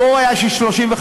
הבור היה 35 מיליארד,